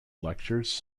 lectures